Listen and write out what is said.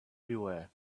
beware